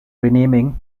renaming